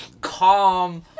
calm